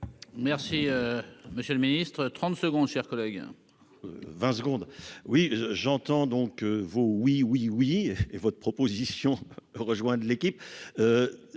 Merci, monsieur le Ministre trente secondes chers collègues.